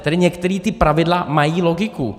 Tady některá ta pravidla mají logiku.